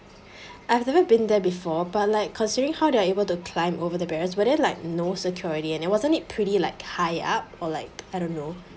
I've never been there before but like considering how they're able to climb over the barriers were there like no security and it wasn't it pretty like high up or like I don't know